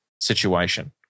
situation